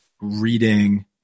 reading